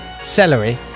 celery